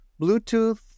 Bluetooth